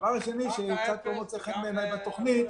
דבר שני שקצת לא מוצא חן בעיניי בתוכנית